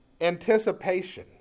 anticipation